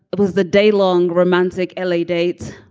it was the day long romantic l a. dates